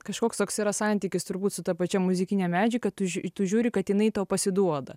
kažkoks toks yra santykis turbūt su ta pačia muzikine medžiaga tu žiū tu žiūri kad jinai tau pasiduoda